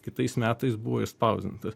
kitais metais buvo išspausdintas